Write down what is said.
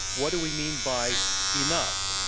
what do we mean by enough?